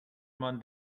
man